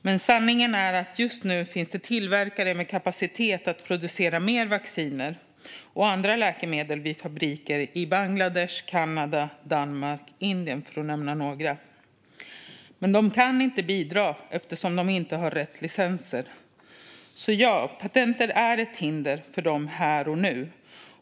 Men sanningen är att det just nu finns tillverkare med kapacitet att producera mer vacciner och andra läkemedel vid fabriker i Bangladesh, Kanada, Danmark och Indien, för att nämna några länder. Men de kan inte bidra, eftersom de inte har rätt licenser. Patent är alltså ett hinder för dem här och nu.